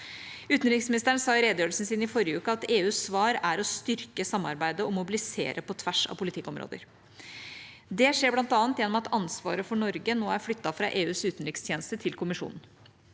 Utenriksministeren sa i redegjørelsen sin i forrige uke at EUs svar er å styrke samarbeidet og mobilisere på tvers av politikkområder. Det skjer bl.a. gjennom at ansvaret for Norge nå er flyttet fra EUs utenrikstjeneste til Kommisjonen.